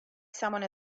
someone